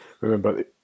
remember